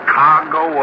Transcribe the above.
cargo